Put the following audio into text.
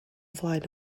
flaen